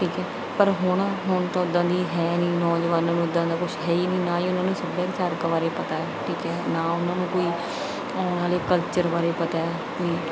ਠੀਕ ਹੈ ਪਰ ਹੁਣ ਹੁਣ ਤਾਂ ਉਦਾਂ ਦੀ ਹੈ ਨਹੀਂ ਨੌਜਵਾਨਾਂ ਨੂੰ ਇੱਦਾਂ ਦਾ ਕੁਛ ਹੈ ਹੀ ਨਹੀਂ ਨਾ ਉਹਨਾਂ ਨੂੰ ਸੱਭਿਆਚਾਰਕ ਬਾਰੇ ਪਤਾ ਠੀਕ ਹੈ ਨਾ ਉਹਨਾਂ ਨੂੰ ਕੋਈ ਆਉਣ ਵਾਲੇ ਕਲਚਰ ਬਾਰੇ ਪਤਾ ਹੈ ਵੀ